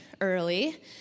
early